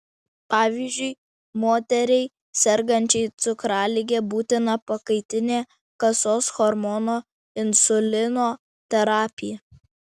pavyzdžiui moteriai sergančiai cukralige būtina pakaitinė kasos hormono insulino terapija